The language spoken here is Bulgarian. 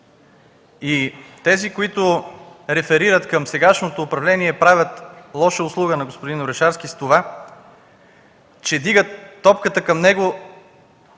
Тези, които реферират към сегашното управление, правят лоша услуга на господин Орешарски с това, че вдигат топката към него